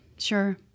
Sure